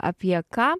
apie ką